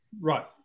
Right